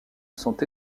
sont